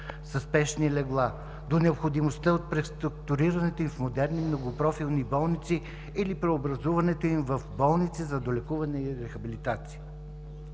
със спешни легла, до необходимостта от преструктурирането им в модерни и многопрофилни болници, или преобразуването им в болница за долекуване и рехабилитация.